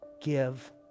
give